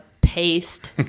paste